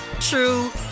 true